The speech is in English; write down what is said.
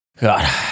God